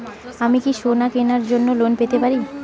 আমি কি সোনা কেনার জন্য লোন পেতে পারি?